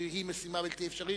שהרי זאת משימה בלתי אפשרית,